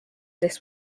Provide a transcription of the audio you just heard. this